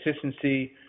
consistency